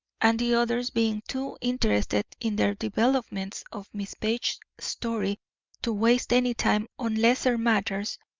and the others being too interested in the developments of miss page's story to waste any time on lesser matters,